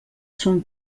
son